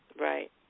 Right